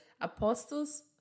apostles